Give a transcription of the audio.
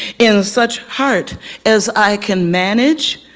in such heart as i can manage,